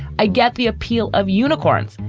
i get the appeal of unicorns,